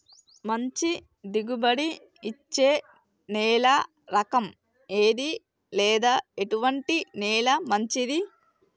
మంచి దిగుబడి ఇచ్చే నేల రకం ఏది లేదా ఎటువంటి నేల మంచిది?